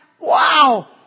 Wow